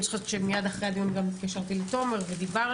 אני זוכרת שמיד אחרי הדיון גם התקשרתי לתומר ודיברנו,